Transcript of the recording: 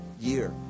year